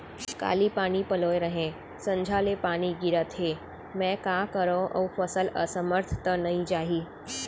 काली पानी पलोय रहेंव, संझा ले पानी गिरत हे, मैं का करंव अऊ फसल असमर्थ त नई जाही?